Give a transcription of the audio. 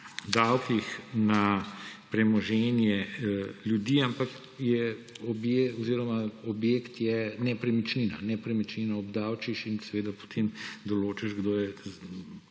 davkih na premoženje ljudi, ampak objekt je nepremičnina. Nepremičnino obdavčiš in seveda potem določiš, kdo je